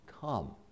come